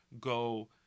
go